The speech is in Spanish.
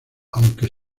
aunque